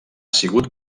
sigut